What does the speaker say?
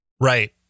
right